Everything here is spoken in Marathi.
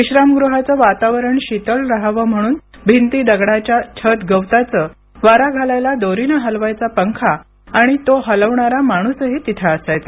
विश्रामगृहाचं वातावरण शीतल राहावं म्हणून भिंती दगडाच्याछत गवताचं वारा घालायला दोरीनं हलवायचा पंखा आणि तो हलविणारा माणूसही तिथे असायचा